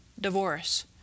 divorce